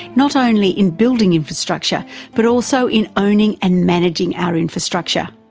not only in building infrastructure but also in owning and managing our infrastructure.